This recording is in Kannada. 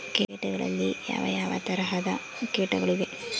ಕೇಟಗಳಲ್ಲಿ ಯಾವ ಯಾವ ತರಹದ ಕೇಟಗಳು ಇವೆ?